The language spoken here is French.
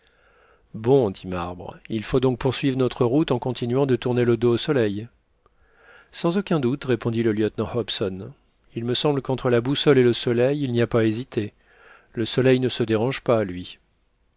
bon dit marbre il faut donc poursuivre notre route en continuant de tourner le dos au soleil sans aucun doute répondit le lieutenant hobson il me semble qu'entre la boussole et le soleil il n'y a pas à hésiter le soleil ne se dérange pas lui